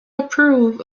approve